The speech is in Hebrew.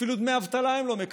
אפילו דמי אבטלה הם לא מקבלים.